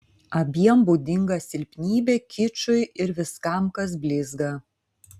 abiem būdinga silpnybė kičui ir viskam kas blizga